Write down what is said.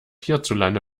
hierzulande